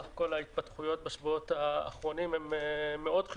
בסך הכול ההתפתחויות בשבועות האחרונים חיוביות מאוד.